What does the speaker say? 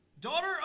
Daughter